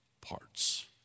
parts